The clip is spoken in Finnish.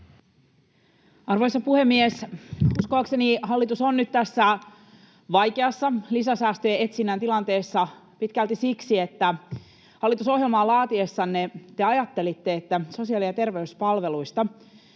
Arvoisa puhemies! Uskoakseni hallitus on nyt tässä vaikeassa lisäsäästöjen etsinnän tilanteessa pitkälti siksi, että hallitusohjelmaa laatiessanne te ajattelitte, että sosiaali- ja terveyspalveluista,